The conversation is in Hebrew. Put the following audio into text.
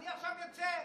אני עכשיו יוצא.